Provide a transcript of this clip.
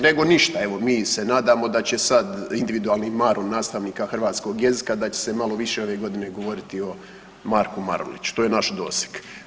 Nego ništa evo mi se nadamo da će sad individualnim marom nastavnika hrvatskog jezika da će se malo više ove godine govoriti o Marku Maruliću, to je naš doseg.